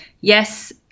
Yes